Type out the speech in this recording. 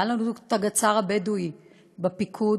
היה לנו את הגדס"ר הבדואי בפיקוד.